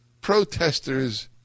protesters